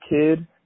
kid